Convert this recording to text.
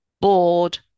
bored